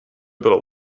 bylo